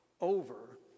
over